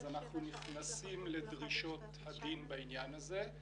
אנחנו נכנסים לדרישות הדין בעניין הזה?